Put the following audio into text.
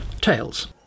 tails